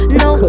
no